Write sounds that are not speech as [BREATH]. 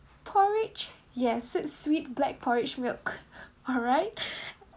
porridge yes so it's sweet black porridge milk alright [BREATH]